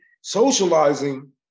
socializing